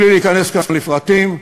בלי להיכנס כאן לפרטים,